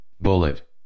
bullet